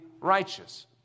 righteous